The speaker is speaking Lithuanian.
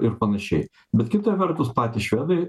ir panašiai bet kita vertus patys švedai